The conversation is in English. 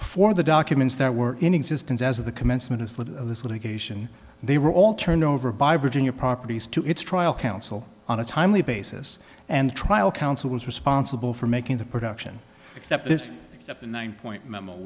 for the documents that were in existence as of the commencement of this litigation they were all turned over by virginia properties to its trial counsel on a timely basis and trial counsel was responsible for making the production except this one point m